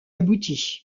aboutit